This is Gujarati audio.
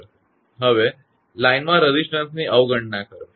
હવે લાઇનનાં રેઝિસ્ટનસ ની અવગણના કરો